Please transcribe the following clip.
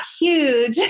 huge